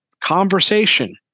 conversation